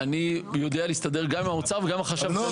אני יודע להסתדר גם עם האוצר וגם עם החשב